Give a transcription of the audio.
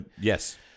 Yes